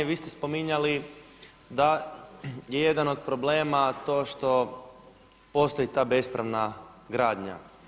Vi ste spominjali da je jedan od problema to što postoji ta bespravna gradnja.